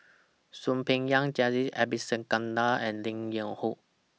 Soon Peng Yam Jacintha Abisheganaden and Lim Yew Hock